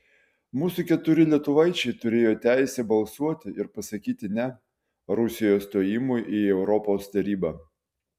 mūsų keturi lietuvaičiai turėjo teisę balsuoti ir pasakyti ne rusijos stojimui į europos tarybą